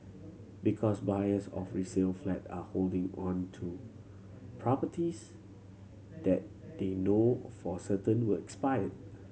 because buyers of resale flat are holding on to properties that they know for certain will expire